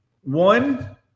one